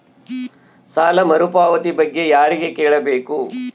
ಸಾಲ ಮರುಪಾವತಿ ಬಗ್ಗೆ ಯಾರಿಗೆ ಕೇಳಬೇಕು?